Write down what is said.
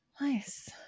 nice